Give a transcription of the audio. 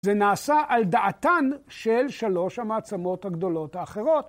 זה נעשה על דעתן של שלוש המעצמות הגדולות האחרות.